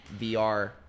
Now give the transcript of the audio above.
VR